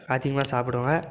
அதிகமாக சாப்பிடுவேன்